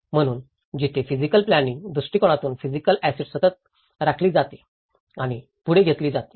म्हणूनच जिथे physical planning दृष्टिकोनातून फिजिकल ऍसेट सतत राखली जाते आणि पुढे घेतली जाते